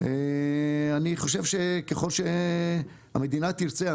אני חושב שככל שהמדינה תרצה,